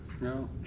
No